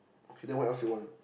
okay then what else you want